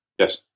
Yes